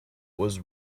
was